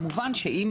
כמובן שאם